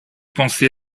pensez